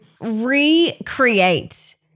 recreate